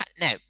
no